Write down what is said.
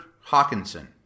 Hawkinson